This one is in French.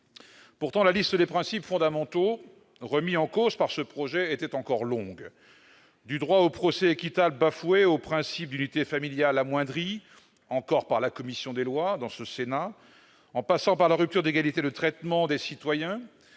apportée. La liste des principes fondamentaux remis en cause par ce projet de loi était pourtant encore longue : du droit au procès équitable bafoué au principe d'unité familiale amoindri- plus encore par la commission des lois du Sénat -, en passant par la rupture d'égalité de traitement des citoyens,